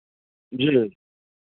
जी